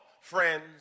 Friends